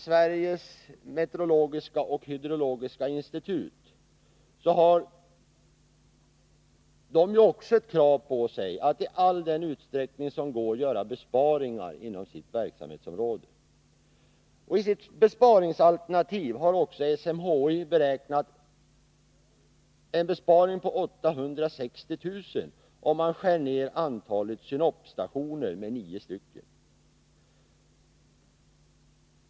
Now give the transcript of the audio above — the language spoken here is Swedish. Sveriges meteorologiska och hydrologiska institut har också ett krav på sig att i all den utsträckning som går göra besparingar inom sitt verksamhetsområde. I sitt besparingsalternativ har SMHI beräknat att man sparar in 860 000 kr., om man skär ner antalet synopsstationer med nio stycken.